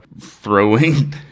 throwing